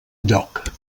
lloc